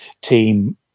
team